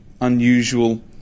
unusual